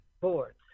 boards